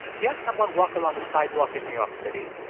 he had someone walk along a sidewalk in new york city.